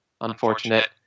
unfortunate